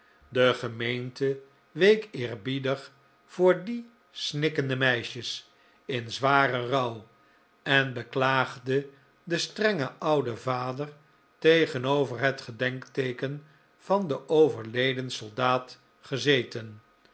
de gemeente week eerbiedig voor die snikkende meisjes in zwaren rouw en beklaagde den strengen ouden vader tegenover het gedenkteeken van den overleden soldaat gezeten